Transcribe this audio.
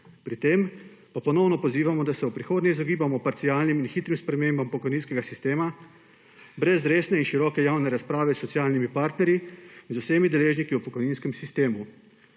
Pri tem pa ponovno pozivamo, da se v prihodnje izogibamo parcialnim in hitrim spremembam pokojninskega sistema brez resne in široke javne razprave s socialnimi partnerji in z vsemi deležniki v pokojninskem sistemu.